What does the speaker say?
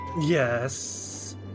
Yes